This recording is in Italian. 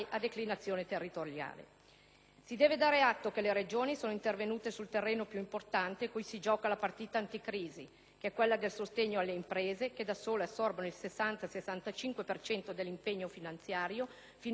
Si deve dare atto che, mentre le Regioni sono intervenute sul terreno più importante su cui si gioca la partita anticrisi, cioè il sostegno alle imprese che da solo assorbe il 60-65 per cento dell'impegno finanziario finora messo a bilancio dalle medesime,